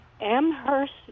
amherst